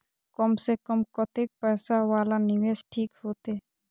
कम से कम कतेक पैसा वाला निवेश ठीक होते?